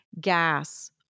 gas